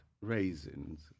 raisins